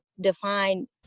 define